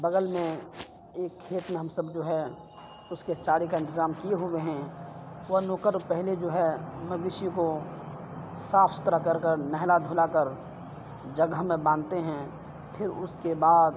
بغل میں ایک کھیت میں ہم سب جو ہے اس کے چارے کا انتظام کئے ہوئے ہیں وہ نوکر پہلے جو ہے مویشی کو صاف ستھرا کر کر نہلا دھلا کر جگہ میں باندھتے ہیں پھر اس کے بعد